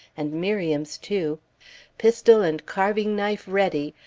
and miriam's, too pistol and carving-knife ready,